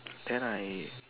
than I